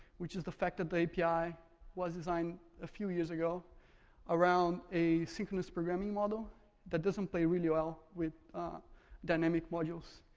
which is the fact that the api was designed a few years ago around a synchronous programming model that doesn't play really well with dynamic modules.